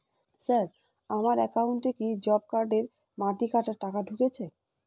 Sir আমার একাউন্টে কি জব কার্ডের মাটি কাটার টাকা ঢুকেছে?